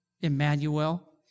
Emmanuel